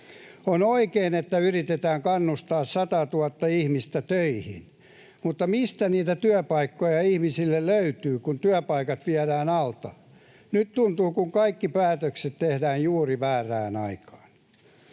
On oikein, että yritetään kannustaa 100 000:ta ihmistä töihin. Mutta mistä niitä työpaikkoja ihmisille löytyy, kun työpaikat viedään alta? Nyt tuntuu kuin kaikki päätökset tehdään juuri väärään aikaan.